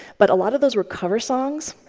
but a lot of those were cover songs.